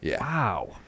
Wow